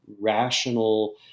rational